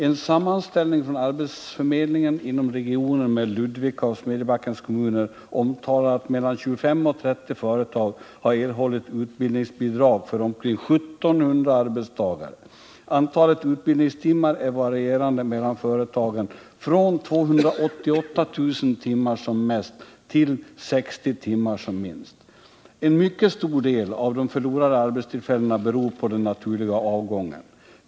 En sammanställning från arbetsförmedlingen inom den region som omfattar Ludvika och Smedjebackens kommuner visar att mellan 25 och 30 företag har erhållit utbildningsbidrag för omkring 1 700 arbetstagare. Antalet utbildningstimmar varierar mellan företagen från 288 000 timmar som mest till 60 timmar som minst. En mycket stor del av de förlorade arbetstillfällena beror på den naturliga avgången.